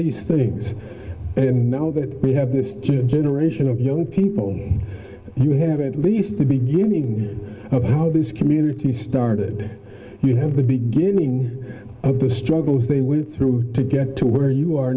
these things and now that we have this generation of young people you have at least the beginning of how this community started you have the beginning of the struggles they will through to get to where you are